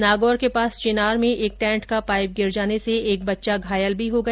नागौर के समीप चिनार में एक टैंट का पाईप गिर जाने से एक बच्चा घायल भी हो गया